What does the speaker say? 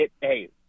Hey